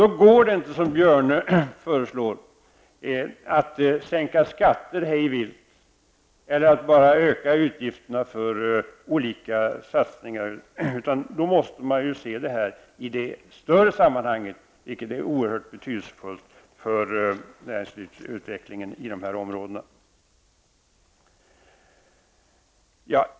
Då går det inte att som Björne föreslå sänkta skatter hej vilt eller att bara öka utgifterna för olika satsningar. Då måste man se det här i ett större sammanhang, vilket är oerhört betydelsefullt för näringslivsutvecklingen i de här områdena.